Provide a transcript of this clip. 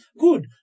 Good